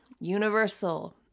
universal